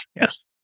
Yes